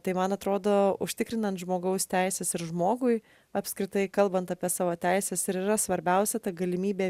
tai man atrodo užtikrinant žmogaus teises ir žmogui apskritai kalbant apie savo teises ir yra svarbiausia ta galimybė